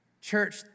Church